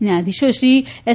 ન્યાયાધીશોશ્રી S